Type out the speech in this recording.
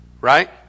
right